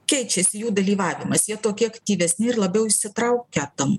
keičiasi jų dalyvavimas jie tokie aktyvesni ir labiau įsitraukę tam